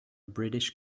british